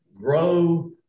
grow